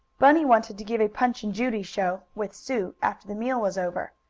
bunny wanted to give a punch and judy show, with sue, after the meal was over.